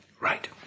Right